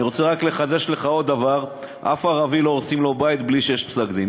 אני רוצה רק לחדש לך עוד דבר: לאף ערבי לא הורסים בית בלי שיש פסק-דין.